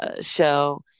show